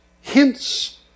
hints